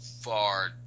far